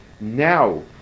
now